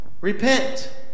Repent